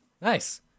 Nice